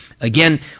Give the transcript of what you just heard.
again